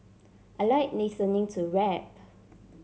I like listening to rap